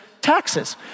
taxes